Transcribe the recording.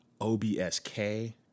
O-B-S-K